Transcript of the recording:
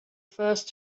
first